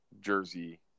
Jersey